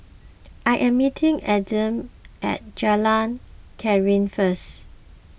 I am meeting Aidan at Jalan Krian first